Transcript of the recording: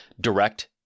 direct